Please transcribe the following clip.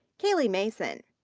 cayley mason.